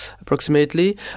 approximately